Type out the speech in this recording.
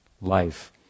life